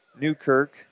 Newkirk